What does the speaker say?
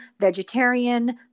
vegetarian